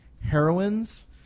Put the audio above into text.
Heroines